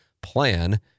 plan